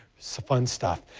so fun stuff.